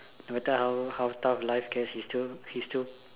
no matter how tough life can she still he still